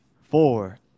four